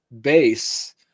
base